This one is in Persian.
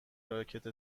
راکت